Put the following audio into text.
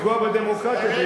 והם לא רוצים לפגוע בדמוקרטיה.